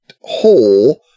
hole